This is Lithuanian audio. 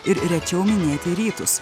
ir rečiau minėti rytus